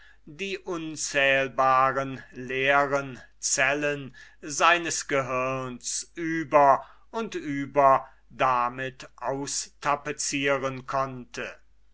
die unzählbaren leeren zellen seines gehirns über und über damit austapezieren konnte